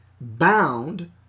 bound